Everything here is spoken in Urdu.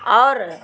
اور